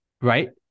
Right